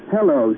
Hello